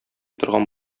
торган